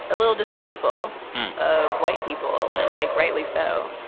a little distrustful of white people and, like, rightly so.